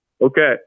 Okay